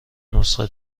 نسخه